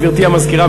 גברתי המזכירה,